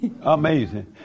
Amazing